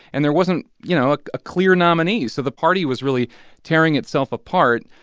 and there wasn't, you know, a clear nominee. so the party was really tearing itself apart.